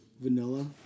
vanilla